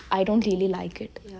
I don't really like it